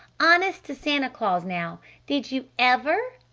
honest-to-santa claus now did you ever?